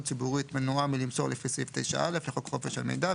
ציבורית מנועה מלמסור לפי סעיף 9(א) לחוק חופש המידע,